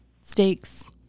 steaks